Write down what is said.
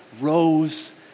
rose